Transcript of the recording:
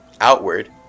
outward